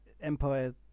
Empire